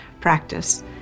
practice